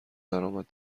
درآمد